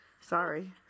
Sorry